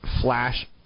flash